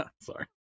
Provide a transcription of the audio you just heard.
Sorry